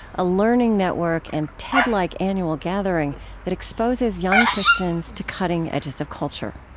a learning network and ted-like annual gathering that exposes young christians to cutting edges of culture